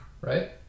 Right